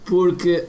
Porque